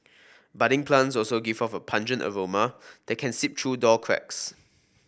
budding plants also give off a pungent aroma that can seep through door cracks